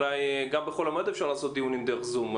גם בחול המועד אפשר לעשות דיונים דרך זום,